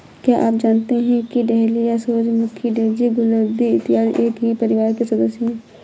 क्या आप जानते हैं कि डहेलिया, सूरजमुखी, डेजी, गुलदाउदी इत्यादि एक ही परिवार के सदस्य हैं